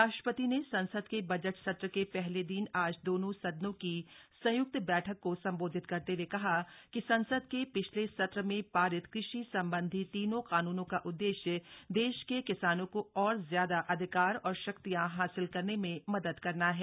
राष्ट्रपति ने संसद के बजट सत्र के पहले दिन आज दोनों सदनों की संयुक्त बैठक को संबोधित करते हए कहा कि संसद के पिछले सत्र में पारित कृषि संबंधी तीनों कानूनों का उद्देश्य देश के किसानों को और ज्यादा अधिकार और शक्तियां हासिल करने में मदद करना है